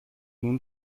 nun